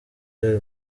real